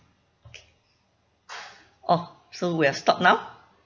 okay oh so we've stopped now